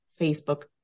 Facebook